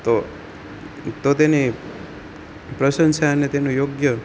તો તો તેની પ્રશંસા અને તેનું યોગ્ય